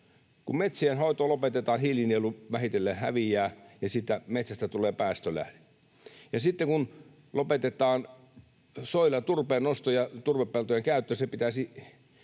Kun metsienhoito lopetetaan, hiilinielu vähitellen häviää ja siitä metsästä tulee päästölähde. Ja sitten kun lopetetaan soilla turpeennosto ja turvepeltojen käyttö,